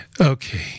Okay